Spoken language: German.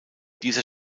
dieser